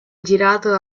girato